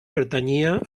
pertanyia